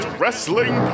wrestling